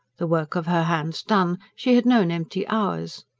the work of her hands done, she had known empty hours.